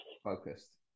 focused